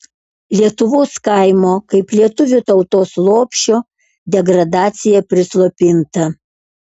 lietuvos kaimo kaip lietuvių tautos lopšio degradacija prislopinta